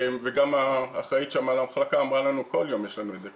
גם האחראית על המחלקה אמרה לנו: כל יום יש לנו את זה,